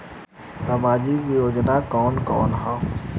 सामाजिक योजना कवन कवन ह?